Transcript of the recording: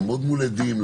מול עדים,